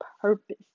purpose